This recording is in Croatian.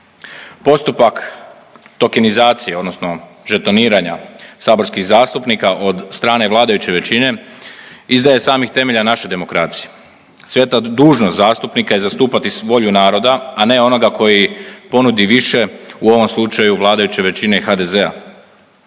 Postupak tokenizacije odnosno žetoniranja saborskih zastupnika od strane vladajuće većine je izdaja samih temelja naše demokracije, sveta dužnost zastupnika je zastupati volju naroda, a ne onoga koji ponudi više, u ovom slučaju vladajuće većine HDZ-a.